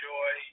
Joy